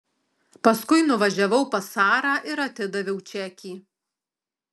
paskui nuvažiavau pas sarą ir atidaviau čekį